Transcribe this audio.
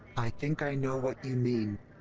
i think i know what you mean.